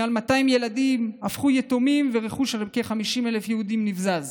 מעל 200 ילדים הפכו יתומים ורכוש של כ-50,000 יהודים נבזז.